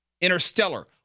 Interstellar